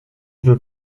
veux